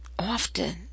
often